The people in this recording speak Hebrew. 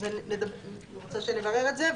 אני רוצה שנברר את זה.